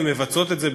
הן מבצעות את זה,